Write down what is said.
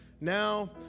now